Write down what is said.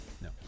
No